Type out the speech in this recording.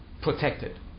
protected